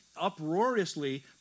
uproariously